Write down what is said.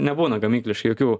nebūna gamykliškai jokių